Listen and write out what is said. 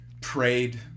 prayed